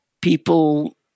people